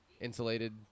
Insulated